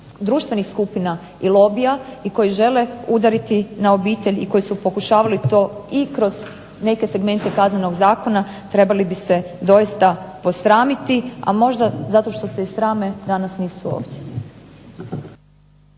društvenih skupina i lobija i koji žele udariti na obitelj i koji su pokušavali to i kroz neke segmente Kaznenog zakona trebali bi se doista posramiti, a možda zato što se i srame danas nisu ovdje.